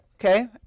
Okay